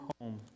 home